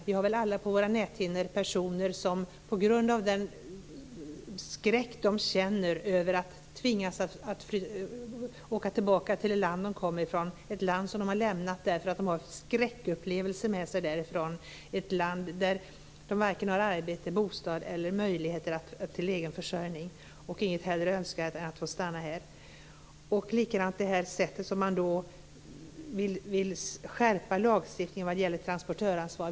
Vi har väl alla på våra näthinnor de personer som känner skräck över att tvingas åka tillbaka till det land som de kommer ifrån, ett land som de har lämnat därför att de haft skräckupplevelser där, ett land där de har varken arbete, bostad eller möjlighet till egen försörjning, och som inget hellre önskar än att få stanna här. Det är samma sak när man vill skärpa lagstiftningen vad gäller transportöransvar.